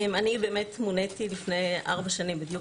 אני באמת מוניתי לפני ארבע שנים בדיוק.